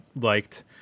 liked